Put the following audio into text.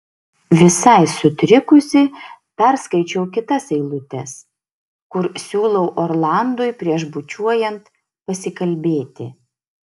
visai sutrikusi perskaičiau kitas eilutes kur siūlau orlandui prieš bučiuojant pasikalbėti